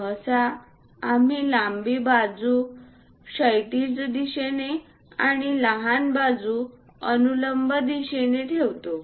सहसा आम्ही लांब बाजू क्षैतिज दिशेने आणि लहान बाजू अनुलंब दिशेने ठेवतो